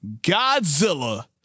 Godzilla